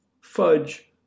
Fudge